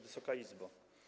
Wysoka Izbo!